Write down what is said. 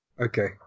Okay